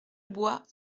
bois